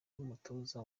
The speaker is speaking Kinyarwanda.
n’umutoza